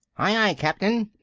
aye, aye, captain,